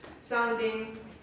sounding